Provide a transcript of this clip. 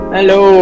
Hello